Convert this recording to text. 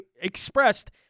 expressed